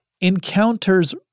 encounters